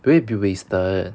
would it be wasted